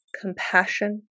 compassion